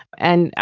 and,